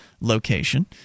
location